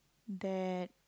that